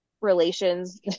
relations